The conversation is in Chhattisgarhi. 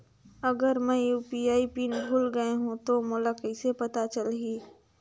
अगर मैं यू.पी.आई पिन भुल गये हो तो मोला कइसे पता चलही?